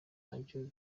nabyo